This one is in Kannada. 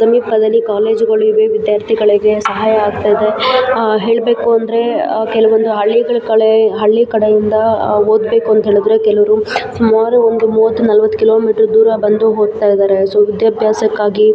ಸಮೀಪದಲ್ಲಿ ಕಾಲೇಜುಗಳು ಇವೆ ವಿದ್ಯಾರ್ಥಿಗಳಿಗೆ ಸಹಾಯ ಆಗ್ತದೆ ಹೇಳಬೇಕು ಅಂದರೆ ಕೆಲವೊಂದು ಹಳ್ಳಿಗಳು ಕಳೇ ಹಳ್ಳಿ ಕಡೆಯಿಂದ ಓದಬೇಕು ಅಂಥೇಳಿದ್ರೆ ಕೆಲವರು ಸುಮಾರು ಒಂದು ಮೂವತ್ತು ನಲ್ವತ್ತು ಕಿಲೋಮೀಟ್ರ್ ದೂರ ಬಂದು ಹೋಗ್ತಾಯಿದ್ದಾರೆ ಸೊ ವಿದ್ಯಾಭ್ಯಾಸಕ್ಕಾಗಿ